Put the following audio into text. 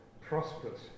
prosperous